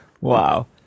Wow